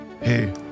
Hey